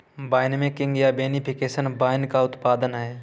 winemaking या vinification wine का उत्पादन है